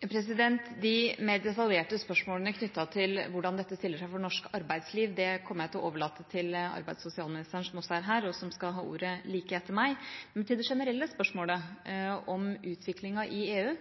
De mer detaljerte spørsmålene knyttet til hvordan dette stiller seg for norsk arbeidsliv, kommer jeg til å overlate til arbeids- og sosialministeren, som også er her, og som skal ha ordet like etter meg. Til det generelle spørsmålet, om utviklingen i EU,